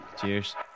Cheers